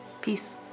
Peace